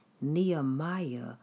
Nehemiah